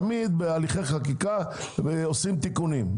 תמיד בהליכי חקיקה עושים תיקונים.